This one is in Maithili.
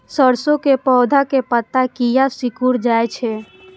सरसों के पौधा के पत्ता किया सिकुड़ जाय छे?